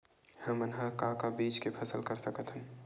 हमन ह का का बीज के फसल कर सकत हन?